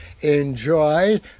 enjoy